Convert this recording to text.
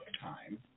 time